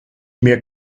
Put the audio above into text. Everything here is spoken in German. mir